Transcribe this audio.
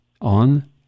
on